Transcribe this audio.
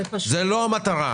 זו לא המטרה.